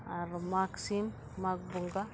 ᱟᱨ ᱢᱟᱜᱽ ᱥᱤᱢ ᱢᱚᱜᱽ ᱵᱚᱸᱜᱟ